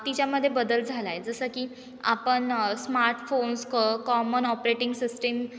तिच्यामध्ये बदल झाला आहे जसं की आपण स्मार्टफोन्स क कॉमन ऑपरेटिंग सिस्टीम